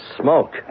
smoke